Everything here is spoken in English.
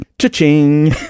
Cha-ching